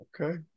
Okay